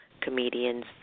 comedians